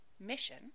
Mission